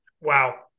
wow